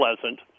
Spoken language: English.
pleasant